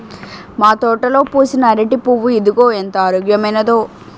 మా తోటలో పూసిన అరిటి పువ్వు ఇదిగో ఎంత ఆరోగ్యమైనదో